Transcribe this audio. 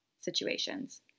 Situations